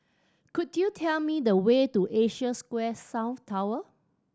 could you tell me the way to Asia Square South Tower